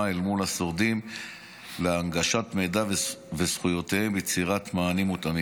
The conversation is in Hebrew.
מול השורדים להנגשת מידע וזכויות וליצירת מענים מותאמים.